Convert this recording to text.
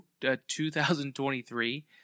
2023